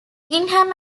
ingham